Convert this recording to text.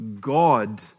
God